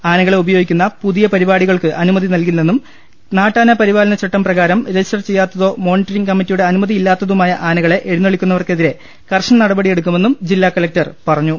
ആനകളെ ഉപയോഗിക്കുന്ന പുതിയ പരിപാടികൾക്ക് അനുമതി നൽകില്ലെന്നും നാട്ടാന പരിപാലന ചട്ടം പ്രകാരം രജിസ്റ്റർ ചെയ്യാത്തതും മോണിറ്ററിങ് കമ്മിറ്റിയുടെ അനുമതി അളല്ലാത്തതുമായ ആനകളെ എഴുന്നള്ളിക്കുന്നവർക്കെതിരെ കർശന നടപടിയെടുക്കു മെന്നും ജില്ലാ കലക്ടർ പറഞ്ഞു